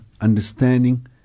understanding